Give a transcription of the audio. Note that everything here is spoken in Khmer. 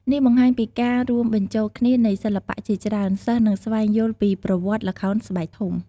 នេះបង្ហាញពីការរួមបញ្ចូលគ្នានៃសិល្បៈជាច្រើន សិស្សនឹងស្វែងយល់ពីប្រវត្តិល្ខោនស្បែកធំ។